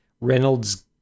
Reynolds